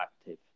active